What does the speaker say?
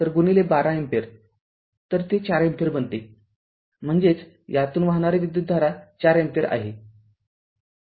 तरगुणिले १२ ampere तर ते ४ ampere बनते म्हणजेचयातून वाहणारी विद्युतधारा ४अँपिअर आहे